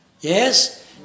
Yes